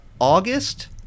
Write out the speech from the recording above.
August